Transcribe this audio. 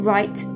Right